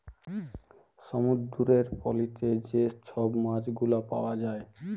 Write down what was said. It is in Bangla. সমুদ্দুরের পলিতে যে ছব মাছগুলা পাউয়া যায়